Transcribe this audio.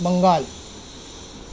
Bengal